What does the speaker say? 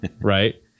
Right